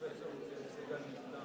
פרופסור זאב סגל נפטר.